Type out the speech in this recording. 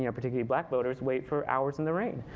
you know particularly black voters wait for hours in the rain.